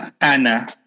Anna